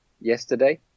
yesterday